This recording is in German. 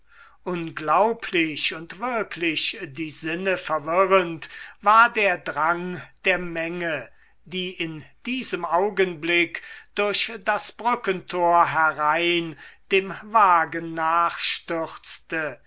unglaublich und wirklich die sinne verwirrend war der drang der menge die in diesem augenblick durch das brückentor herein dem wagen